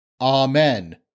Amen